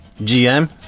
GM